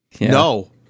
No